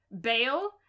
bail